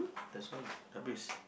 that's all lah habis